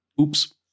Oops